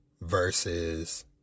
versus